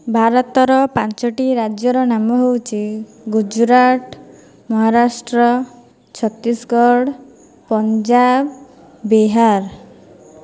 ଭାରତର ପାଞ୍ଚଟି ରାଜ୍ୟର ନାମ ହେଉଛି ଗୁଜୁରାଟ ମହାରାଷ୍ଟ୍ର ଛତିଶଗଡ଼ ପଞ୍ଜାବ ବିହାର